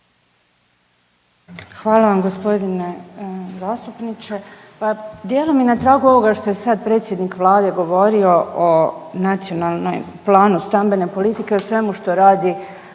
Hvala vam g. zastupniče. Pa dijelom i na tragu ovoga što je sad predsjednik Vlade govorio o nacionalnom planu stambene politike o svemu što radi